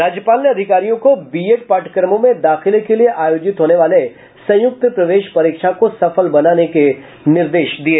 राज्यपाल ने अधिकारियों को बीएड पाठयक्रमों में दाखिले के लिए आयोजित होने वाले संयुक्त प्रवेश परीक्षा को सफल बनाने के निर्देश दिये